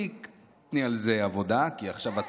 תני על זה עבודה, כי עכשיו את שרה בממשלה.